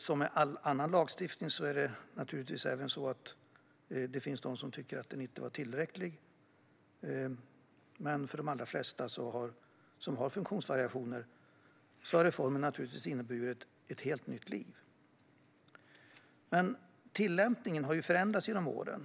Som med all annan lagstiftning är det naturligtvis så att det finns de som inte tycker att den var tillräcklig, men för de allra flesta som har funktionsvariationer har reformen naturligtvis inneburit ett helt nytt liv. Tillämpningen har dock förändrats genom åren.